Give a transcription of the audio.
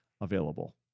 available